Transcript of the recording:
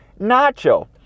nacho